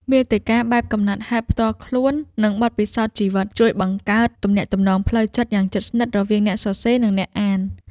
មាតិកាបែបកំណត់ហេតុផ្ទាល់ខ្លួន និងបទពិសោធន៍ជីវិត ជួយបង្កើតទំនាក់ទំនងផ្លូវចិត្តយ៉ាងជិតស្និទ្ធរវាងអ្នកសរសេរ និងអ្នកអាន។